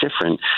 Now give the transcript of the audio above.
different